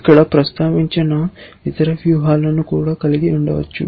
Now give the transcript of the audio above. ఇక్కడ ప్రస్తావించని ఇతర వ్యూహాలను కూడా కలిగి ఉండవచ్చు